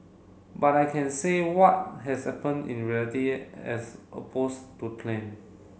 but I can say what has happen in reality as opposed to plan